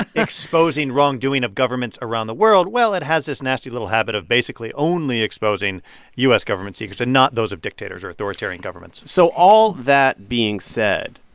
exposing wrongdoing of governments around the world well, it has this nasty little habit of basically only exposing u s. government secrets and not those of dictators or authoritarian governments so all that being said,